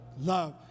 Love